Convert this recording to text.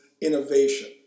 innovation